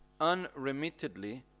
unremittedly